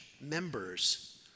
members